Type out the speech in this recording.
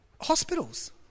Hospitals